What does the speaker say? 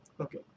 okay